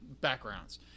backgrounds